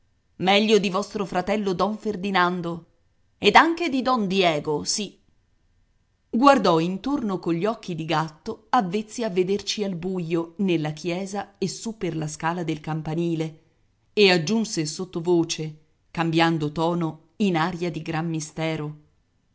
meglio di vostro fratello don ferdinando ed anche di don diego sì guardò intorno cogli occhi di gatto avvezzi a vederci al buio nella chiesa e su per la scala del campanile e aggiunse sottovoce cambiando tono in aria di gran mistero